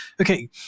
Okay